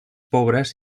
pobres